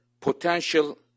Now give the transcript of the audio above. potential